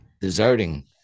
Deserting